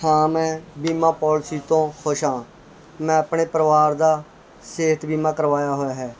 ਹਾਂ ਮੈਂ ਬੀਮਾ ਪੋਲਸੀ ਤੋਂ ਖੁਸ਼ ਹਾਂ ਮੈਂ ਆਪਣੇ ਪਰਿਵਾਰ ਦਾ ਸਿਹਤ ਬੀਮਾ ਕਰਵਾਇਆ ਹੋਇਆ ਹੈ